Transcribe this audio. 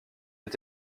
est